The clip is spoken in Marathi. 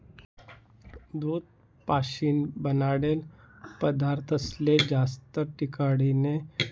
दूध पाशीन बनाडेल पदारथस्ले जास्त टिकाडानी टेकनिक मार्केटमा येवाले लागनी